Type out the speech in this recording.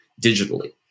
digitally